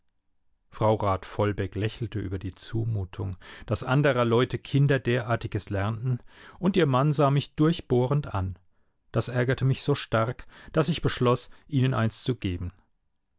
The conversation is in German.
frau rat vollbeck lächelte über die zumutung daß anderer leute kinder derartiges lernten und ihr mann sah mich durchbohrend an das ärgerte mich so stark daß ich beschloß ihnen eins zu geben